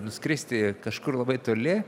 nuskristi kažkur labai toli